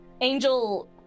Angel